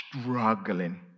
struggling